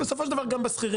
ובסופו של דבר גם בשכירים,